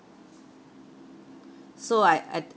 so I I